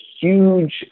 huge